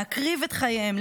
להקריב את חייהם,